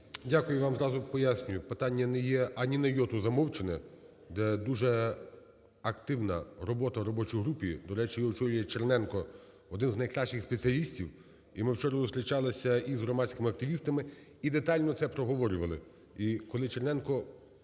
Дякую вам. Зразу пояснюю: питання не є ані на йоту замовчане, дуже активна робота в робочій групі, до речі, її очолює Черненко, один з найкращих спеціалістів. І ми вчора зустрічалися із громадськими активістами і детально це проговорювали.